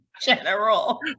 General